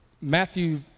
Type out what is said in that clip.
Matthew